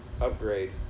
upgrade